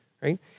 right